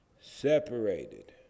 separated